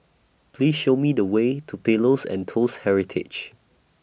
Please Show Me The Way to Pillows and Toast Heritage